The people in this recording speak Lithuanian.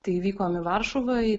tai vykom į varšuvą į